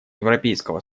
европейского